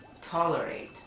tolerate